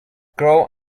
grow